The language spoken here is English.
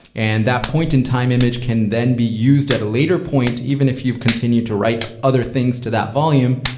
and that point in time image can then be used at a later point even if you continued to write other things to that volume.